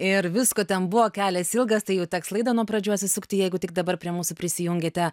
ir visko ten buvo kelias ilgas tai jau teks laidą nuo pradžių atsisukti jeigu tik dabar prie mūsų prisijungėte